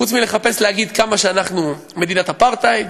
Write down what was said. חוץ מלחפש להגיד כמה שאנחנו מדינת אפרטהייד,